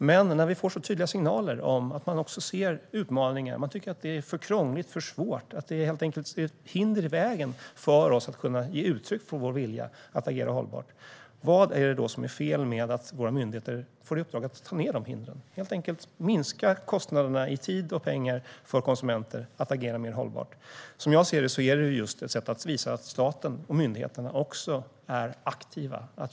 Men när vi får så tydliga signaler om att man också ser utmaningar och tycker att det hela är för krångligt och för svårt och helt enkelt blir till hinder i vägen när det gäller att kunna ge uttryck för viljan att agera hållbart - vad är det då som är fel med att våra myndigheter får i uppdrag att ta ned dessa hinder? Det handlar helt enkelt om att minska kostnaderna i tid och pengar för konsumenter för att agera mer hållbart. Som jag ser det är detta just ett sätt att visa att staten och myndigheterna också är aktiva.